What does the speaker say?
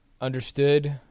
understood